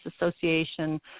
Association